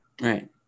right